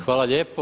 Hvala lijepo.